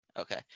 okay